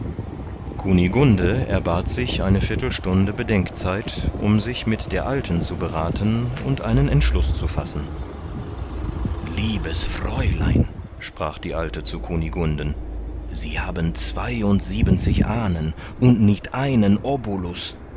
kunigunde erbat sich eine viertelstunde bedenkzeit um sich mit der alten zu berathen und einen entschluß zu fassen liebes fräulein sprach die alte zu kunigunden sie haben zweiundsiebenzig ahnen und nicht einen obolus